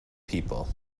people